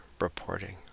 reporting